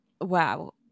wow